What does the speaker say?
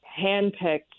handpicked